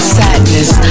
sadness